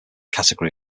category